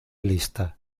lista